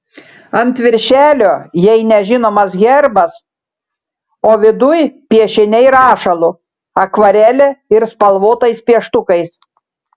ant viršelio jai nežinomas herbas o viduj piešiniai rašalu akvarele ir spalvotais pieštukais